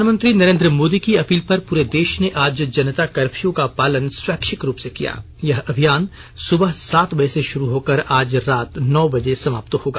प्रधानमंत्री नरेंद्र मोदी की अपील पर पूरे देश ने आज जनता कर्फयू का पालन स्वैच्छिक रूप से किया यह अभियान सुबह सात बजे से शुरू होकर आज रात नौ बजे समाप्त होगा